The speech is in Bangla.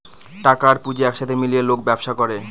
টাকা আর পুঁজি এক সাথে মিলিয়ে লোক ব্যবসা করে